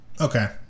okay